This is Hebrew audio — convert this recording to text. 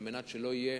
על מנת שלא יהיה